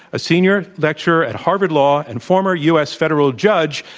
a senior lecturer at harvard law and former u. s. federal judge.